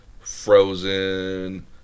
Frozen